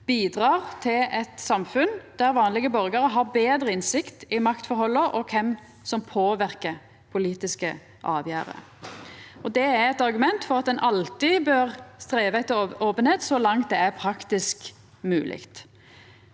bidreg til eit samfunn der vanlege borgarar har betre innsikt i maktforholda og kven som påverkar politiske avgjerder. Det er eit argument for at ein alltid bør streva etter openheit så langt det er praktisk mogleg.